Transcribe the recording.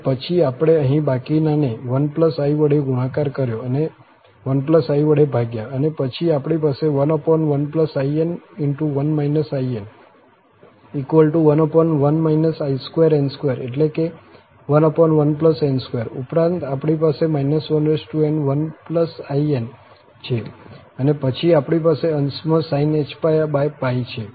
અને પછી આપણે અહીં બાકીના ને 1i વડે ગુણાકાર કર્યો અને 1i વડે ભાગ્યા અને પછી આપણી પાસે 11in11 i2n2 એટલે કે 11n2 ઉપરાંત આપણી પાસે n1in છેઅને પછી આપણી પાસે અંશમાં sinh⁡ છે